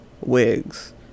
wigs